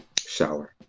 Shower